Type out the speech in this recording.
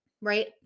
right